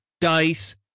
dice